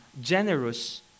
generous